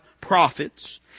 prophets